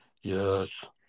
Yes